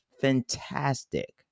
fantastic